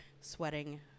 sweating